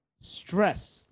stress